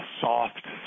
soft